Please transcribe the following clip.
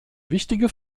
wichtige